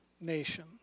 nation